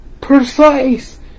precise